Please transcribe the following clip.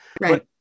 Right